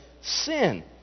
sin